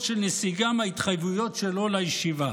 של נסיגה מההתחייבויות שלו לישיבה.